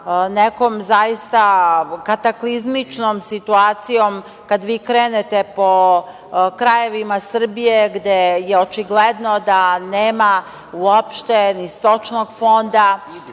nekom zaista kataklizmičnom situacijom. Kada vi krenete po krajevima Srbije, gde je očigledno da nema uopšte ni stočnog fonda,